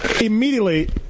immediately